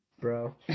bro